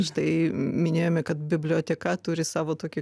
štai minėjome kad biblioteka turi savo tokį